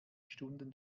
stunden